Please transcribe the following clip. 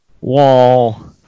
Wall